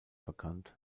bekannt